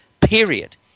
Period